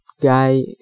guy